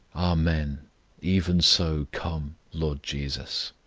amen even so, come, lord jesus!